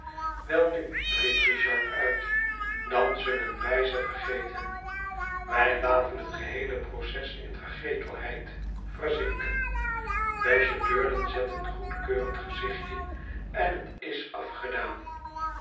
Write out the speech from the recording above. welnu riep richard uit dan zullen wij ze vergeten wij laten hot geheele proces in vergetelheid verzinken besje durden zet een goedkeurend gezicht en het is afgedaan